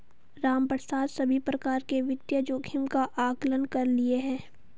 रामप्रसाद सभी प्रकार के वित्तीय जोखिम का आंकलन कर लिए है